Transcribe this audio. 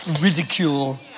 Ridicule